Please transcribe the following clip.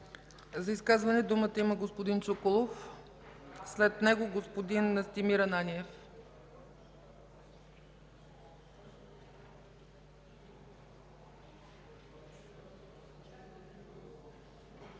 За изказване има думата господин Чуколов, след него господин Настимир Ананиев.